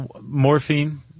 morphine